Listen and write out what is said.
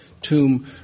tomb